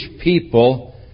people